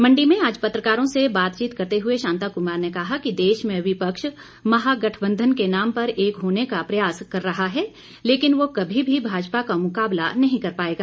मंडी में आज पत्रकारों से बातचीत करते हुए शांता कुमार ने कहा कि देश में विपक्ष महागठबंधन के नाम पर एक होने का प्रयास कर रहा है लेकिन वह कभी भी भाजपा का मुकाबला नहीं कर पाएगा